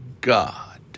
God